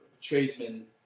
tradesmen